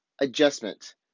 adjustment